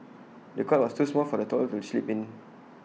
the cot was too small for the toddler to sleep in